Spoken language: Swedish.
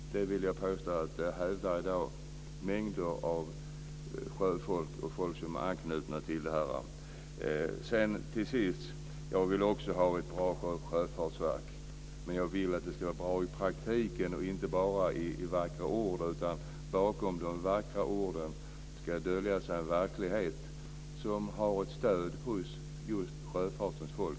Jag vill påstå att mängder av sjöfolk och folk som har anknytning till detta hävdar det här. Till sist: Jag vill också ha ett bra sjöfartsverk. Men jag vill att det ska vara bra i praktiken, och inte bara i vackra ord. Bakom de vackra orden ska också dölja sig en verklighet som har ett stöd hos just sjöfartens folk.